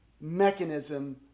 mechanism